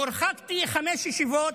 הורחקתי מהמליאה לחמש ישיבות.